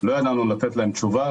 לא ידענו לתת להם תשובה.